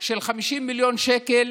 של 50 מיליון שקל,